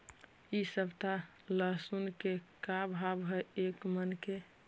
इ सप्ताह लहसुन के का भाव है एक मन के?